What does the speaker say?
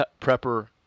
prepper